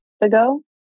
ago